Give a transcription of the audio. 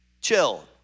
Chill